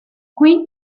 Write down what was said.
qui